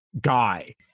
guy